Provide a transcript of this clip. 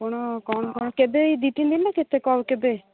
ଆପଣ କ'ଣ କ'ଣ କେବେ ଏଇ ଦୁଇ ତିନି ଦିନ ନା କେତେ କ'ଣ କେବେ